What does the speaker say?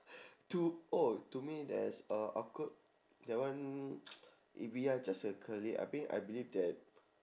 to oh to me there's uh awkward that one if we are just a colleague I mean I believe that